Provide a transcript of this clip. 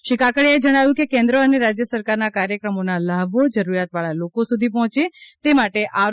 શ્રી કાકડીયાએ જણાવ્યું કે કેન્દ્ર અને રાજ્ય સરકારના કાર્યક્રમોના લાભો જરૂરીયાત વાળા લોકો સુધી પહોંચે તે માટે આર